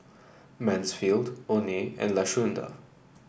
Mansfield Oney and Lashunda